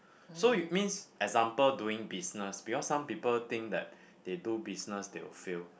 so it means example doing business because some people think that they do business they will fail